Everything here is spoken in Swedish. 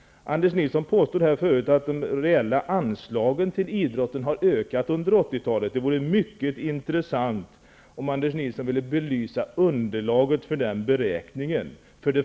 Anders Nilsson påstod här förut att de reella anslagen till idrotten har ökat under 80-talet. För det första vore det mycket intressant om Anders Nilsson ville belysa underlaget för den beräkningen.